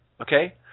Okay